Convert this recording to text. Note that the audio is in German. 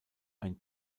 ein